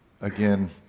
again